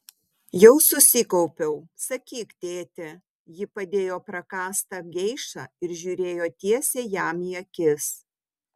jau susikaupiau sakyk tėti ji padėjo prakąstą geišą ir žiūrėjo tiesiai jam į akis